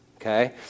Okay